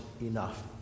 enough